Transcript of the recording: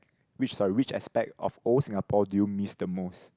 which sorry which aspect of old Singapore do you miss the most